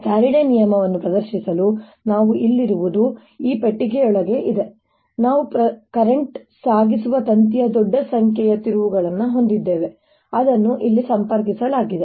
ಫ್ಯಾರಡೆಯ ನಿಯಮವನ್ನು ಪ್ರದರ್ಶಿಸಲು ನಾವು ಇಲ್ಲಿರುವುದು ಈ ಪೆಟ್ಟಿಗೆಯೊಳಗೆ ಇದೆ ನಾವು ಪ್ರಸ್ತುತ ಸಾಗಿಸುವ ತಂತಿಯ ದೊಡ್ಡ ಸಂಖ್ಯೆಯ ತಿರುವುಗಳನ್ನು ಹೊಂದಿದ್ದೇವೆ ಅದನ್ನು ಇಲ್ಲಿ ಸಂಪರ್ಕಿಸಲಾಗಿದೆ